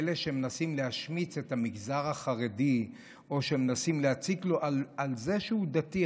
לאלה שמנסים להשמיץ את המגזר החרדי או שמנסים להציק לו על זה שהוא דתי,